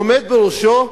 עומד בראשו מרגל,